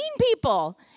people